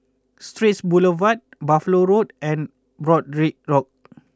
Straits Boulevard Buffalo Road and Broadrick Road